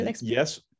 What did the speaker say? Yes